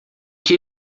que